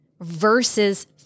versus